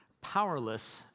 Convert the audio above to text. powerless